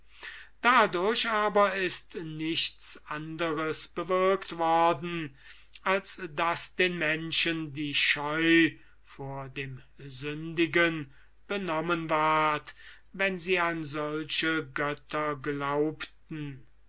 dadurch aber ist nichts anderes bewirkt worden als daß den menschen die scheu vor dem sündigen benommen ward wenn sie an solche götter glaubten